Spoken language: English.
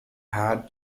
had